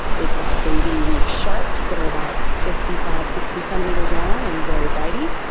we've got baby reef sharks that are about fifty five sixty centimetres long and very bitey.